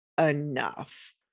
enough